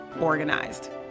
organized